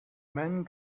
men